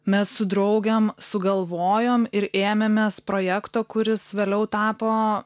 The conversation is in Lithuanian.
mes su draugėm sugalvojom ir ėmėmės projekto kuris vėliau tapo